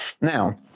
Now